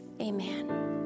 amen